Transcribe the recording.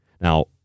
Now